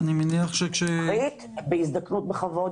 ליידע כמה זמן הוא עובד,